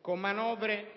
con manovre